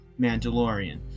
Mandalorian